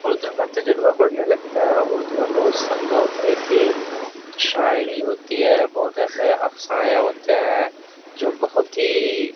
اردو کا تجربہ بڑھنے لگتا ہے اردو میں بہت بہت ایسی شاعری ہوتی ہے بہت ایسے افسانے ہوتے ہیں جو بہت ہی